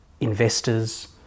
investors